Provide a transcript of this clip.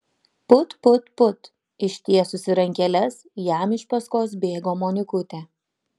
put put put ištiesusi rankeles jam iš paskos bėgo monikutė